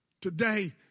today